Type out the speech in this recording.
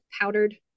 powdered